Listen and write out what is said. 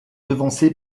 devancé